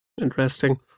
interesting